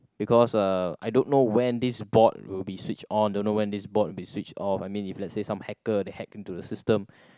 because uh I don't know when this board when be switch on I don't know when this board will be switch off I mean if let's say some hacker they hack into the system